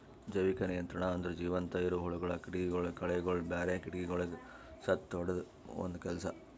ಜೈವಿಕ ನಿಯಂತ್ರಣ ಅಂದುರ್ ಜೀವಂತ ಇರವು ಹುಳಗೊಳ್, ಕೀಟಗೊಳ್, ಕಳೆಗೊಳ್, ಬ್ಯಾರೆ ಕೀಟಗೊಳಿಗ್ ಸತ್ತುಹೊಡೆದು ಒಂದ್ ಕೆಲಸ